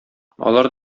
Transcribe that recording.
алар